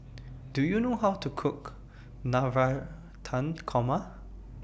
Do YOU know How to Cook Navratan Korma